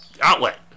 outlet